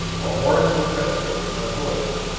while morrison pressed in on boyd's.